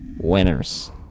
winners